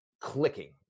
clicking